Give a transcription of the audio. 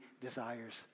desires